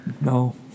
no